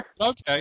Okay